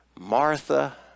Martha